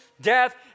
death